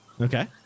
Okay